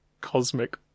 cosmic